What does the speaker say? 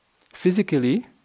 physically